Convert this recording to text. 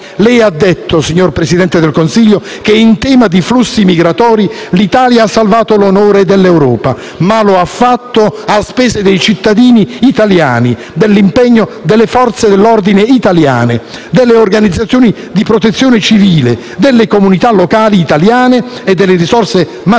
nazionale. Il Presidente del Consiglio ha detto che in tema di flussi migratori l'Italia ha salvato l'onore dell'Europa, ma lo ha fatto a spese dei cittadini italiani, dell'impegno delle Forze dell'ordine italiane, delle organizzazioni di protezione civile delle comunità locali italiane e delle risorse materiali